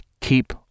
keep